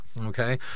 Okay